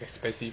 expensive